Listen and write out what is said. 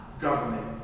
government